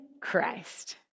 Christ